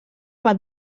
bat